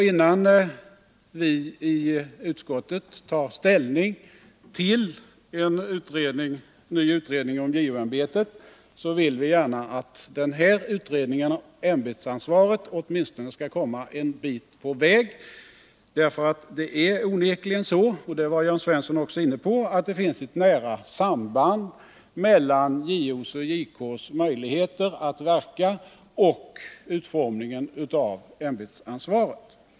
Innan vi i utskottet tar ställning till en ny utredning om JO-ämbetet vill vi gärna att utredningen om ämbetsansvaret åtminstone skall komma en bit på väg, för det är onekligen så — det var Jörn Svensson också inne på — att det finns ett nära samband mellan JO:s och JK:s möjligheter att verka och utformningen av ämbetsansvaret.